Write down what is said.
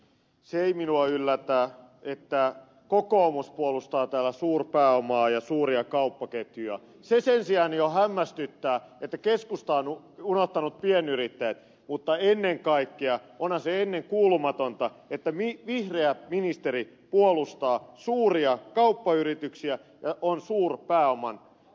se ei minua yllätä että kokoomus puolustaa täällä suurpääomaa ja suuria kauppaketjuja mutta se sen sijaan jo hämmästyttää että keskusta on unohtanut pienyrittäjät mutta ennen kaikkea onhan se ennenkuulumatonta että vihreä ministeri puolustaa suuria kauppayrityksiä ja on suurpääoman puolella